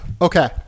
Okay